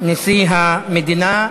נשיא המדינה.